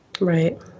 Right